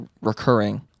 recurring